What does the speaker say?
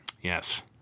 Yes